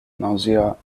nausea